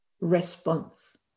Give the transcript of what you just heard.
response